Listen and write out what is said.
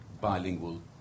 bilingual